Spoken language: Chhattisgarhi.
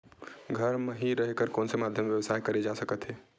घर म हि रह कर कोन माध्यम से व्यवसाय करे जा सकत हे?